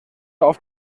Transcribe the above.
auf